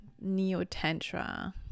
neo-tantra